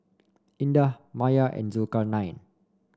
Indah Maya and Zulkarnain